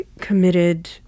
committed